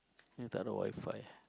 here Wi-Fi